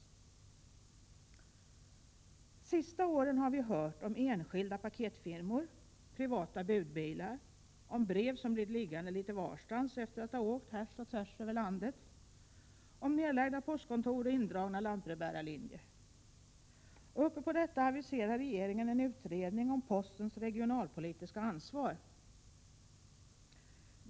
Under de senaste åren har vi hört talas om enskilda paketfirmor och privata budbilar, om brev som blir liggande litet varstans efter att ha åkt härs och tvärs över landet, om nedlagda postkontor och indragna lantbrevbärarlinjer. Nu aviserar regeringen en utredning om postens regionalpolitiska ansvar.